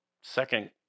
second